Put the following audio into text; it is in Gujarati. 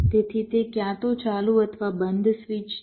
તેથી તે ક્યાં તો ચાલુ અથવા બંધ સ્વિચ છે